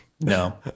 No